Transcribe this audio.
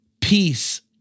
peace